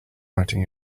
writing